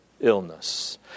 illness